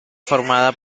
formada